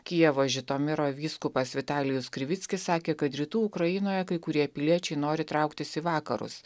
kijevo žitomiro vyskupas vitalijus krivickis sakė kad rytų ukrainoje kai kurie piliečiai nori trauktis į vakarus